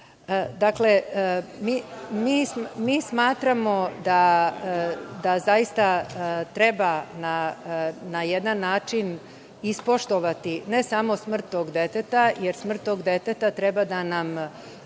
to isto. Smatramo da zaista treba na jedan način ispoštovati ne samo smrt tog deteta, jer smrt tog deteta treba da nam